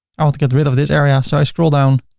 i want to get rid of this area, so i scroll down